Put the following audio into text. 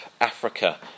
Africa